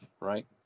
right